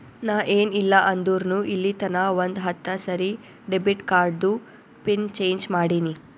ನಾ ಏನ್ ಇಲ್ಲ ಅಂದುರ್ನು ಇಲ್ಲಿತನಾ ಒಂದ್ ಹತ್ತ ಸರಿ ಡೆಬಿಟ್ ಕಾರ್ಡ್ದು ಪಿನ್ ಚೇಂಜ್ ಮಾಡಿನಿ